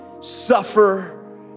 suffer